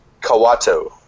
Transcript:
Kawato